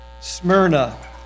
Smyrna